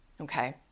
okay